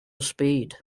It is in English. speed